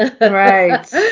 Right